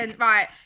right